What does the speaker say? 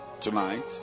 tonight